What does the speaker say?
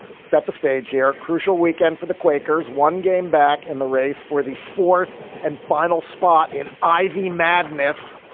set the stage here. crucial weekend for the quakers. one game back in the race for the fourth and final spot in ivy madness,